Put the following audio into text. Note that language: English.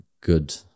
good